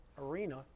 arena